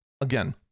Again